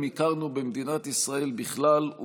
אני קובע שהצעת חוק ההתייעלות הכלכלית (תיקוני